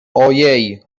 ojej